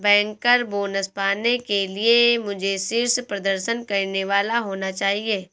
banker bonus पाने के लिए मुझे शीर्ष प्रदर्शन करने वाला होना चाहिए